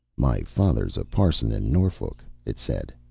my father's a parson in norfolk, it said.